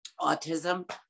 autism